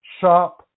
Sharp